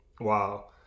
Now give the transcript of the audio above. wow